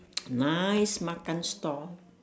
nice makan store